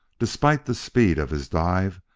despite the speed of his dive,